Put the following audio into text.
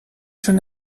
schon